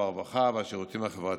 הרווחה והשירותים החברתיים.